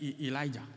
Elijah